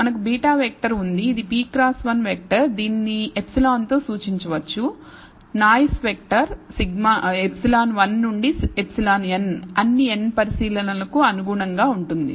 మనకు β వెక్టర్ ఉంది ఇది p క్రాస్ 1 వెక్టర్దీనిని ε తో సూచించవచ్చు నాయిస్ వెక్టర్ ε1 నుండి εn అన్ని n పరిశీలనలకు అనుగుణంగా ఉంటుంది